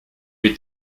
est